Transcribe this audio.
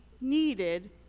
needed